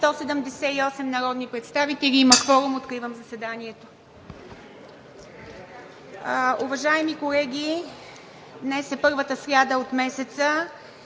178 народни представители. Има кворум. (Звъни.) Откривам заседанието! Уважаеми колеги, днес е първата сряда от месеца